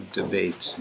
debate